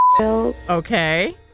Okay